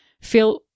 feel